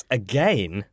again